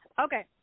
Okay